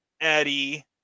Eddie